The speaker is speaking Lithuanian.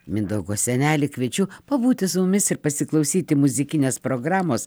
mindaugo senelį kviečiu pabūti su mumis ir pasiklausyti muzikinės programos